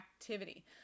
activity